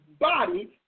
body